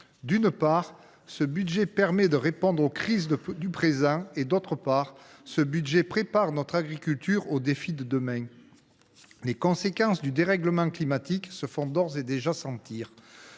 d’une part, ce budget permet de répondre aux crises du présent ; d’autre part, il prépare notre agriculture aux défis de demain. Les conséquences du dérèglement climatique se font d’ores et déjà ressentir.